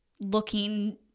looking